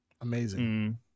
amazing